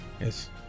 Yes